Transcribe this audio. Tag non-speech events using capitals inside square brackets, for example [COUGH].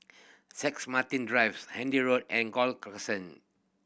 [UNINTELLIGIBLE] Martin Drives Handy Road and Gul Crescent